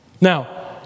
Now